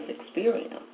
experience